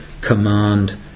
command